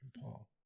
Paul